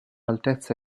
altezza